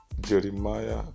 Jeremiah